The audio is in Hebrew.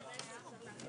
הישיבה ננעלה בשעה 11:55.